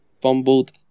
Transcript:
fumbled